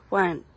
one